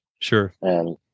Sure